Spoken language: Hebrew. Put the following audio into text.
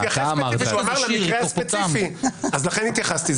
הוא אמר למקרה הספציפי, לכן התייחסתי.